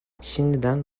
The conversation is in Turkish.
şimdiden